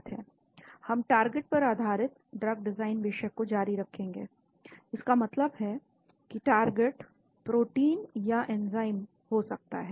हम टारगेट पर आधारित ड्रग डिजाइन विषय को जारी रखेंगे इसका मतलब है कि टारगेट प्रोटीन या एंजाइम हो सकता है